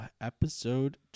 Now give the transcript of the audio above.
episode